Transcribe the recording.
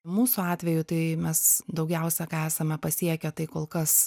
mūsų atveju tai mes daugiausia ką esame pasiekę tai kol kas